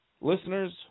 Listeners